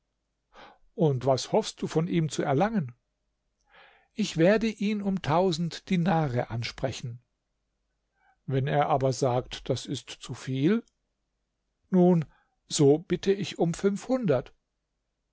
und was hoffst du von ihm zu erlangen ich werde ihn um tausend dinare ansprechen wenn er aber sagt das ist zu viel nun so bitte ich um fünfhundert